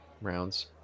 rounds